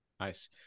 Nice